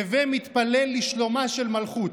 הווי מתפלל בשלומה של מלכות".